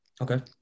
Okay